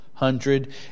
hundred